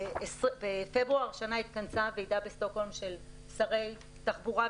בפברואר השנה התכנסה ועידה בשטוקהולם של שרי תחבורה,